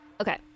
okay